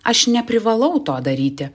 aš neprivalau to daryti